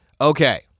Okay